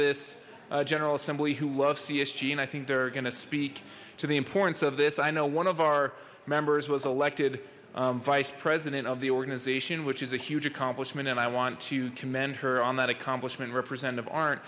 this general assembly who loves csg and i think they're gonna speak to the importance of this i know one of our members was elected vice president of the organization which is a huge accomplishment and i want to commend her on that accomplishment representative aren't